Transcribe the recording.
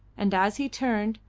and as he turned,